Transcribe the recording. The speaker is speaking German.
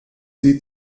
sie